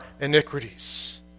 iniquities